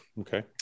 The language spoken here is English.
okay